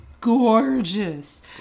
gorgeous